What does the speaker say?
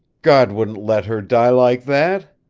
god wouldn't let her die like that!